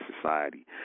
society